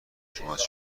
شماست